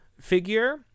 figure